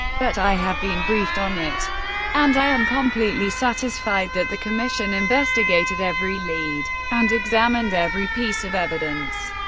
but i have been briefed on it and i am completely satisfied that the commission investigated every lead and examined every piece of evidence.